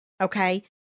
Okay